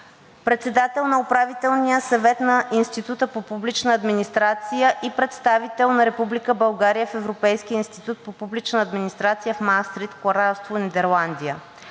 Председател на Управителния съвет на Института по публична администрация и представител на Република България в Европейския институт по публична администрация в Маастрихт, Кралство Нидерландия.